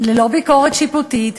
ללא ביקורת שיפוטית,